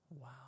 Wow